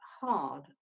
hard